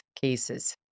cases